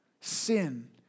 sin